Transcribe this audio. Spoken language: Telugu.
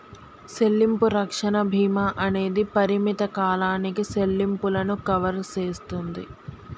సెల్లింపు రక్షణ భీమా అనేది పరిమిత కాలానికి సెల్లింపులను కవర్ సేస్తుంది